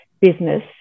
business